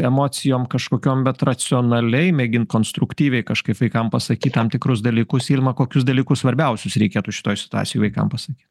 emocijom kažkokiom bet racionaliai mėgint konstruktyviai kažkaip vaikam pasakyt tam tikrus dalykus ilma kokius dalykus svarbiausius reikėtų šitoj situacijoj vaikam pasakyt